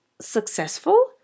successful